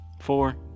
Four